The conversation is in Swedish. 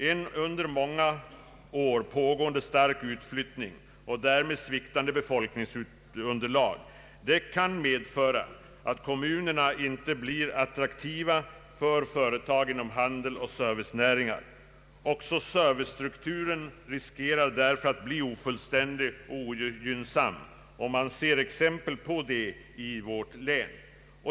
En under många år pågående stark utflyttning och ett till följd därav sviktande befolkningsunderlag kan medföra att kommunerna inte blir attraktiva för företag inom handel och servicenäringar. Också servicestrukturen riskerar därför att bli ofullständig och ogynnsam — man ser exempel på det i vårt län.